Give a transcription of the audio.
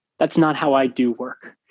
that's not how i do work.